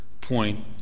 point